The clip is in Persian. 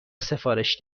سفارش